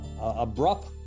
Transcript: abrupt